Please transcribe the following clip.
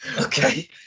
Okay